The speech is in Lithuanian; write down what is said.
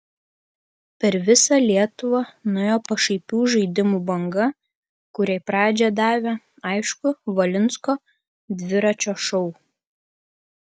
per visą lietuvą nuėjo pašaipių žaidimų banga kuriai pradžią davė aišku valinsko dviračio šou